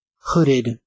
hooded